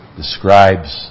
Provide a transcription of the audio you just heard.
describes